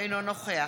אינו נוכח